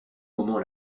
moment